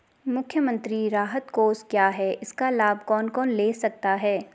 मुख्यमंत्री राहत कोष क्या है इसका लाभ कौन कौन ले सकता है?